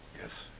Yes